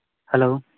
hello